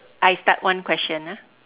I start one question ah